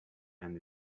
and